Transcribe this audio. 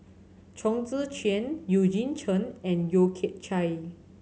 Chong Tze Chien Eugene Chen and Yeo Kian Chye